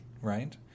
right